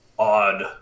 Odd